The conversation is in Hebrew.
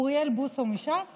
אוריאל בוסו מש"ס